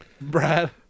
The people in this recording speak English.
Brad